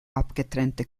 abgetrennte